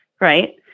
right